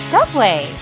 Subway